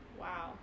Wow